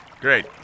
Great